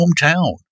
hometown